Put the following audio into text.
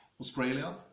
Australia